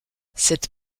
cette